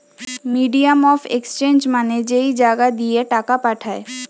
medium of exchange মানে যেই জাগা দিয়ে টাকা পাঠায়